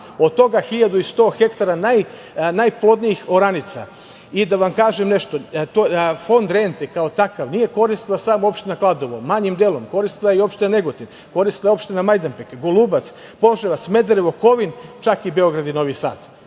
od toga 1.100 hektara najplodnijih oranica. Da vam kažem nešto, fond rente kao takav nije koristila samo opština Kladovo, manjim delom koristila je i opština Negotin, koristila je opština Majdanpek, Golubac, Požarevac, Smederevo, Kovin, čak i Beograd i Novi Sad